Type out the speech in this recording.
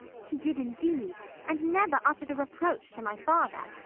he did indeed, and never uttered a reproach to my father.